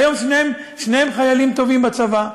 והיום שניהם חיילים טובים בצבא.